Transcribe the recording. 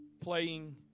playing